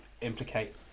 implicate